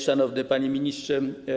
Szanowny Panie Ministrze!